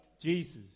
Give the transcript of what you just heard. Jesus